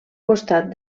costat